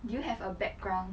do you have a background